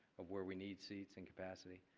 where we need seats and capacity.